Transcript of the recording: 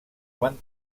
quan